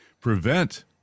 prevent